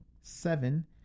Seven